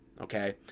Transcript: okay